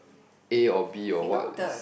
A or B or what is